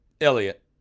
Elliot